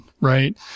right